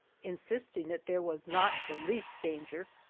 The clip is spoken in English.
insisting that there was not the least danger,